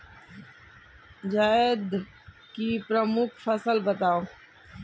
जायद की प्रमुख फसल बताओ